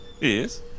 Yes